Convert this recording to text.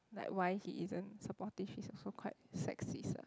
like why he isn't supportive is also quite sexist ah